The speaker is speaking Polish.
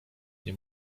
nie